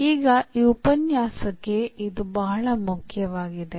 ಈಗ ಈ ಉಪನ್ಯಾಸಕ್ಕೆ ಇದು ಬಹಳ ಮುಖ್ಯವಾಗಿದೆ